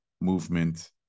movement